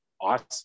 awesome